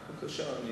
במליאה, בבקשה.